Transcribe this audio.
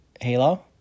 Halo